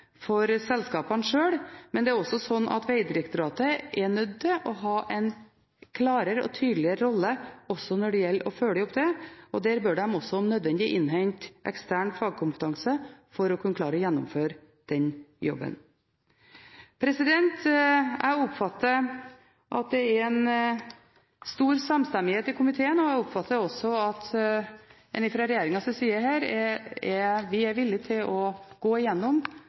for selskapene sjøl. Men det er også slik at Vegdirektoratet er nødt til å ha en klarere og tydeligere rolle også når det gjelder å følge opp det. De bør også, om nødvendig, innhente ekstern fagkompetanse for å kunne klare å gjennomføre den jobben. Jeg oppfatter at det er stor samstemmighet i komiteen. Fra regjeringens side vi er villig til å gå